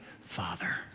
Father